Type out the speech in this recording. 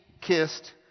kissed